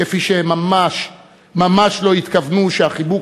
כפי שהם ממש ממש לא התכוונו שהחיבוק